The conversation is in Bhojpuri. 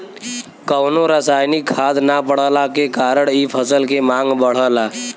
कवनो रासायनिक खाद ना पड़ला के कारण इ फसल के मांग बढ़ला